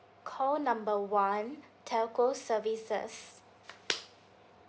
call number one telco services